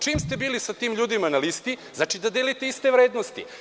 Čim ste bili sa tim ljudima na listi, znači da delite iste vrednosti.